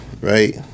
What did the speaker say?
right